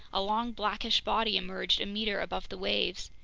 a long blackish body emerged a meter above the waves.